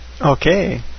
Okay